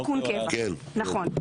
כתיקון קבע, נכון.